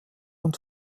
und